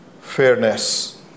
fairness